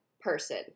person